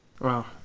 Wow